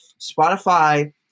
spotify